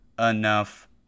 enough